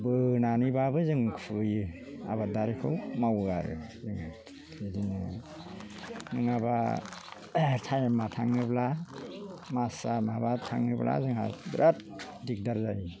बोनानैब्लाबो जों खुहैयो आबाद आरिखौ मावो आरो जोङो नङाब्ला टाइमा थाङोब्ला मासा माबा थाङोब्ला जोंहा बिराद दिगदार जायो